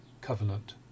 covenant